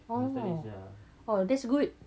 oh that's good